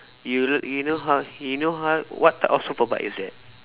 you you know how you know how what type of super bike is it